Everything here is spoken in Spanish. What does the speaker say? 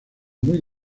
muy